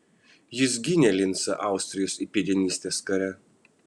jis gynė lincą austrijos įpėdinystės kare